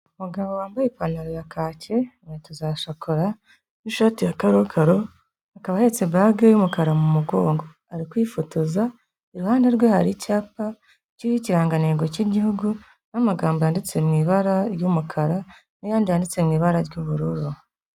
Umugabo wambaye ipantaro ya kake, inkweto za shokora, n'ishati ya karokaro, akaba ahetse bage y'umukara mu mugongo, ari kwifotoza, iruhande rwe hari icyapa kiriho ikirangantego cy'igihugu n'amagambo yanditse mu ibara ry'umukara n'ayandi yanditse mu ibara ry'ubururu.